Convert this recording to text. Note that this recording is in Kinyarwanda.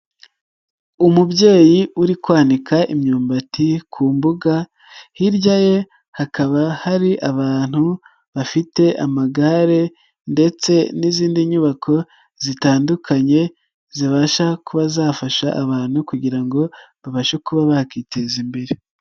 Umubyeyi uri kwanika imyumbati ku mbuga, hirya ye hakaba hari abantu bafite amagare ndetse n'izindi nyubako zitandukanye, zibasha kuba zafasha abantu kugira ngo babashe kuba bakiteza imbere.